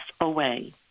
away